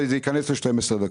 וזה ייכנס ל-12 דקות.